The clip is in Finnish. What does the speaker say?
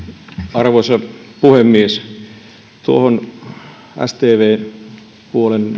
arvoisa puhemies tuohon stvn puolen